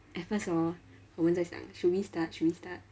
at first hor 我们在想 should we start should we start